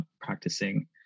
practicing